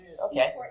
Okay